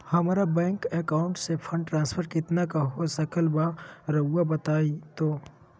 हमरा bank account से fund transfer कितना का हो सकल बा रुआ बताई तो?